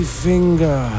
finger